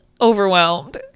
overwhelmed